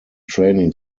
training